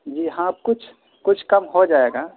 جی ہاں کچھ کچھ کم ہو جائے گا